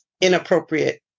inappropriate